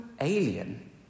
alien